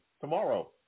tomorrow